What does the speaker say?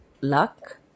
luck